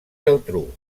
geltrú